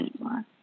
anymore